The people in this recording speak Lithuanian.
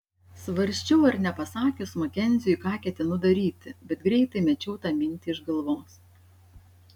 svarsčiau ar nepasakius makenziui ką ketinu daryti bet greitai mečiau tą mintį iš galvos